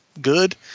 good